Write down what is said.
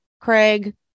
Craig